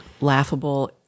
laughable